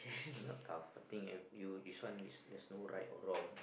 not though a thing if you this one is there's no right or wrong